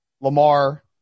Lamar